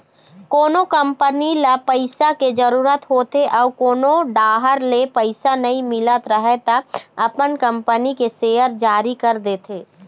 कोनो कंपनी ल पइसा के जरूरत होथे अउ कोनो डाहर ले पइसा नइ मिलत राहय त अपन कंपनी के सेयर जारी कर देथे